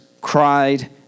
cried